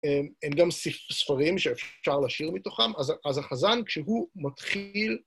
הן גם ספרים שאפשר לשיר מתוכם, אז החזן כשהוא מתחיל...